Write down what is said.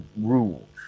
rules